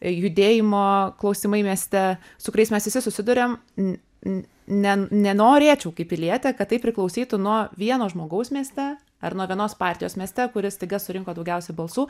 judėjimo klausimai mieste su kuriais mes visi susiduriam n n n ne nenorėčiau kaip pilietė kad tai priklausytų nuo vieno žmogaus mieste ar nuo vienos partijos mieste kuris staiga surinko daugiausiai balsų